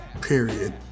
Period